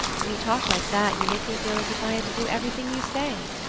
when you talk like that you make me feel as if i had to do everything you say.